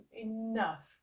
enough